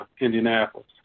Indianapolis